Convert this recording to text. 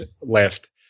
left